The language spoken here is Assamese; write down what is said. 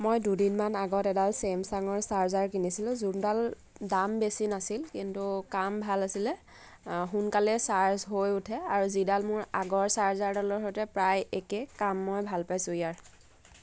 মই দুদিনমান আগত এডাল চেমচাঙৰ চাৰ্জাৰ কিনিছিলোঁ যোনডাল দাম বেছি নাছিল কিন্তু কাম ভাল আছিলে সোনকালে চাৰ্জ হৈ উঠে আৰু যিডাল মোৰ আগৰ চাৰ্জাৰডালৰ সৈতে প্ৰায় একে কাম মই ভাল পাইছোঁ ইয়াৰ